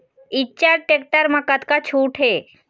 Eicher tractor म कतका छूट हे?